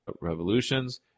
revolutions